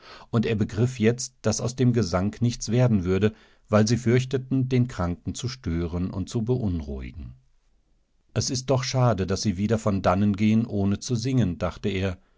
und er begriff jetzt daß aus dem gesang nichts werden würde weil sie fürchteten denkrankenzustörenundzubeunruhigen es ist doch schade daß sie wieder von dannen gehen ohne zu singen dachteer eswärejadieleichtestesachevonderwelt